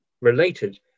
related